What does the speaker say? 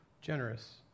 generous